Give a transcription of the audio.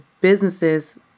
businesses